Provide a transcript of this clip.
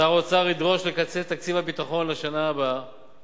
שר האוצר ידרוש לקצץ את תקציב הביטחון לשנה הבאה